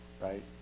right